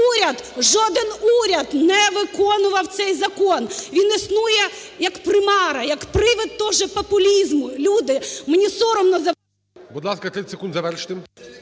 уряд – жоден уряд! – не виконував цей закон. Він існує як примара, як привід тоже популізму. Люди, мені соромно… ГОЛОВУЮЧИЙ. Будь ласка, 30 секунд завершити.